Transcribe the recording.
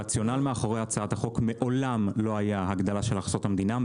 הרציונל מאחורי הצעת החוק מעולם לא היה הגדלה של הכנסות המדינה.